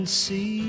see